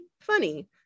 funny